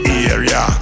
area